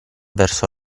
verso